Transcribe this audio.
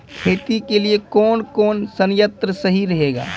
खेती के लिए कौन कौन संयंत्र सही रहेगा?